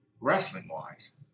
wrestling-wise